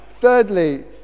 Thirdly